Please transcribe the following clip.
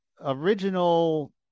original